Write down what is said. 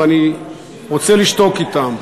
ואני רוצה לשתוק אתם.